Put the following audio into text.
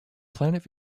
planet